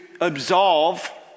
absolve